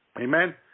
Amen